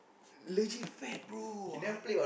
legit fat bro I